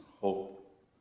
hope